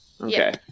Okay